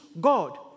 God